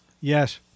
Yes